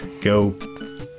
go